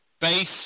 base